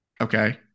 Okay